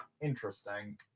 interesting